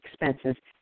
expenses